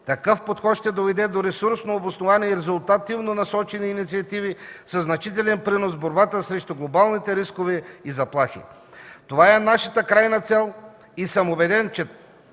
Такъв подход ще доведе до ресурсно обосновани и резултативно насочени инициативи със значителен принос в борбата срещу глобалните рискове и заплахи. Това е нашата крайна цел и съм убеден, че